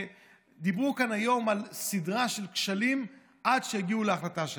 ודיברו כאן היום על סדרה של כשלים עד שהגיעו להחלטה שלהם.